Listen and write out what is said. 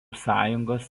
sąjungos